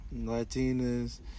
Latinas